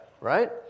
right